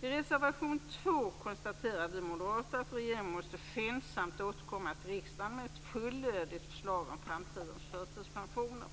I reservation 2 konstaterar vi moderater att regeringen skyndsamt måste återkomma till riksdagen med ett fullödigt förslag om framtidens förtidspensioner.